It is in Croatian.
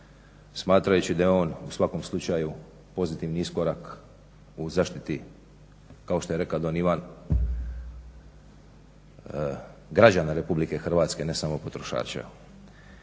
smatrajući da je on u svakom slučaju pozitivno iskorak u zaštiti, kao što je rekao Don Ivan, "građana Republike Hrvatske", ne samo potrošača.